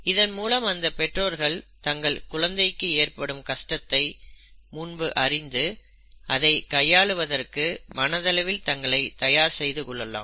இதன் மூலம் அந்தப் பெற்றோர்கள் தங்கள் குழந்தைக்கு ஏற்படும் கஷ்டத்தை முன்பு அறிந்து அதை கையாளுவதற்கு மனதளவில் தங்களை தயார் செய்து கொள்ளலாம்